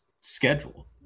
schedule